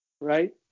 Right